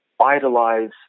idolize